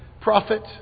prophet